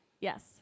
Yes